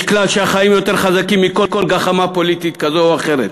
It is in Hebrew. יש כלל שהחיים יותר חזקים מכל גחמה פוליטית כזאת או אחרת.